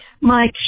Mike